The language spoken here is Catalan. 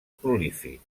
prolífic